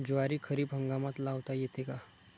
ज्वारी खरीप हंगामात लावता येते का?